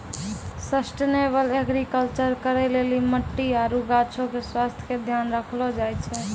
sustainable agriculture करै लेली मट्टी आरु गाछो के स्वास्थ्य के ध्यान राखलो जाय छै